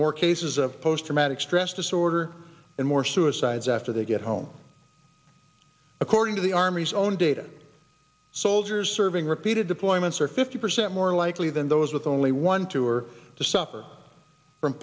more cases of post traumatic stress disorder and more suicides after they get home according to the army's own data soldiers serving repeated deployments are fifty percent more likely than those with only one tour to suffer from